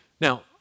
Now